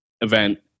event